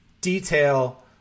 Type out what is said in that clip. detail